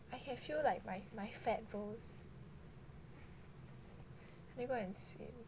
eh I can feel like my my fat rolls need to go and swim